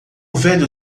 velho